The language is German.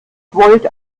volt